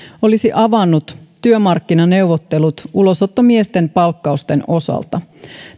olisi avannut työmarkkinaneuvottelut ulosottomiesten palkkausten osalta